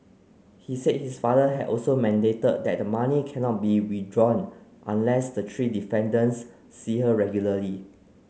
he said his father had also mandated that the money cannot be withdrawn unless the three defendants see her regularly